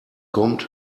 kommt